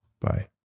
Bye